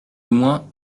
moins